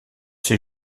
sait